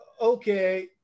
Okay